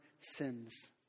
sins